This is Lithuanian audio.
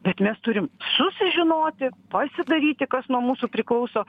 bet mes turim susižinoti pasidaryti kas nuo mūsų priklauso